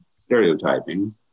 stereotyping